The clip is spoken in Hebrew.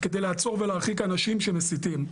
כדי לעצור ולהרחיק אנשים שמסיתים.